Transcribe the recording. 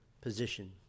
position